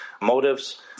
motives